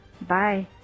Bye